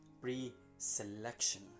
pre-selection